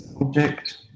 object